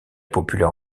populaire